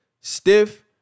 Stiff